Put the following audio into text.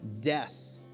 death